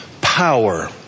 power